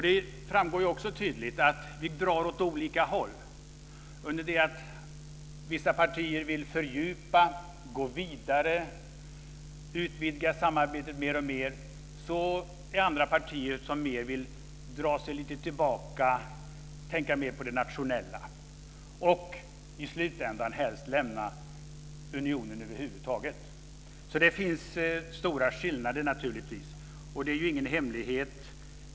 Det framgår också tydligt att vi drar åt olika håll, under det att vissa partier vill fördjupa, gå vidare, utvidga samarbetet mer och mer, vill andra partier dra sig lite mer tillbaka och tänka mer på det nationella och i slutändan helst lämna unionen. Det finns stora skillnader. Det är ingen hemlighet.